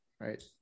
right